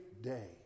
day